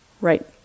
right